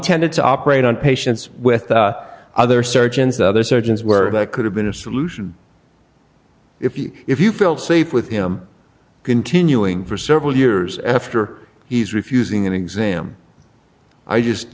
tended to operate on patients with other surgeons other surgeons where that could have been a solution if you if you feel safe with him continuing for several years after he's refusing an exam i just